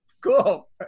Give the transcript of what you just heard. Cool